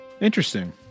Interesting